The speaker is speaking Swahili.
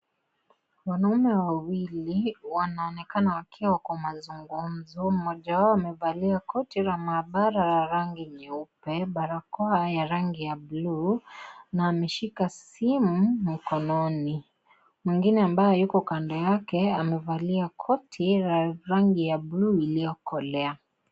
Wanaume wawili wanaonekana wakiwa kwa mazungumzo mmoja wao akiwa amevalia koti la maabala la rangi nyeupe, barakoa ya rangi ya buluu na ameshika simu mkononi. Mwingine ambaye yuko kando yake amevalia koti la rangi ya buluu iliyokolea.